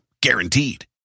Guaranteed